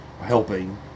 helping